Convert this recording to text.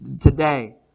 today